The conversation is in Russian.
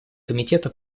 комитета